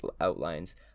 outlines